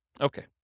Okay